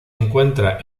encuentra